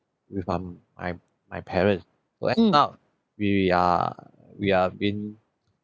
with um my my parents we end up we are we have been